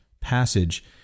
passage